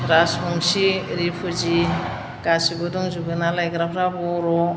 Rajbanshi refugee गासैबो दंजबो ना लायग्राफ्रा बर'